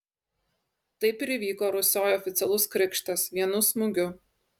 taip ir įvyko rusioj oficialus krikštas vienu smūgiu